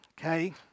Okay